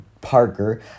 Parker